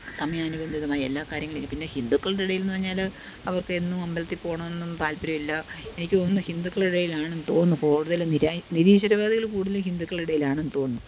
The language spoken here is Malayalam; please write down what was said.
സമയാനുബന്ധിതമായി എല്ലാ കാര്യങ്ങളിലും പിന്നെ ഹിന്ദുക്കളുടെ ഇടയിലെന്നുപറഞ്ഞാല് അവർക്ക് എന്നും അമ്പലത്തില് പോണെന്നൊന്നും താല്പര്യമില്ല എനിക്ക് തോന്നുന്നു ഹിന്ദുക്കളുടെ ഇടയിലാണെന്ന് തോന്നുന്നു കൂടുതലും നിരാ നിരീശ്വരവാദികള് കൂടുതലും ഹിന്ദുക്കളുടെ ഇടയിലാണെന്ന് തോന്നുന്നു